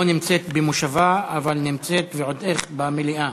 לא נמצאת במושבה, אבל נמצאת, ועוד איך, במליאה.